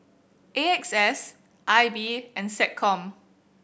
A X S I B and SecCom